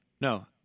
no